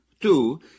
Two